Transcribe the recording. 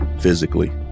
Physically